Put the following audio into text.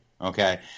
okay